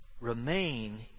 Remain